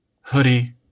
hoodie